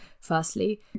firstly